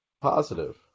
positive